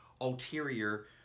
ulterior